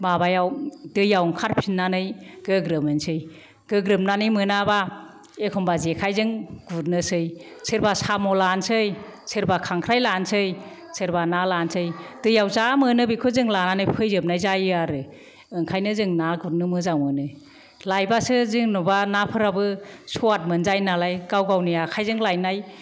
माबायाव दैयाव ओंखार फिननानै गोग्रोमहैसै गोग्रोमनानै मोनाबा एखनब्ला जेखायजों गुरनोसै सोरबा साम' लानोसै सोरबा खांख्राइ लानोसै सोरबा ना लानोसै दैयाव जा मोनो जों बेखौ लानानै फैजोबनाय जायो आरो ओंखायनो जों ना गुरनो मोजां मोनो लायब्लासो जेनबा नाफोराबो स्वाद मोनजायो नालाय गाव गावनि आखाइजों लायनाय